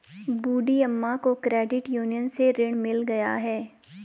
बूढ़ी अम्मा को credit union से ऋण मिल गया है